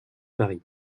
paris